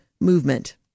movement